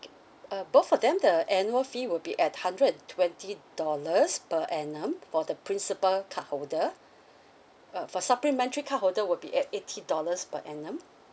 okay uh both of them the annual fee will be at hundred twenty dollars per annum for the principal cardholder uh for supplementary cardholder will be at eighty dollars per annum